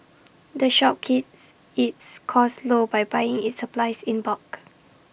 the shop keeps its costs low by buying its supplies in bulk